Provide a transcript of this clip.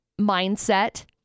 mindset